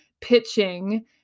pitching